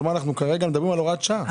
כלומר, אנחנו כרגע מדברים על הוראת שעה.